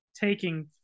taking